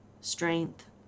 strength